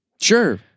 Sure